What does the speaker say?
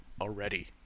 already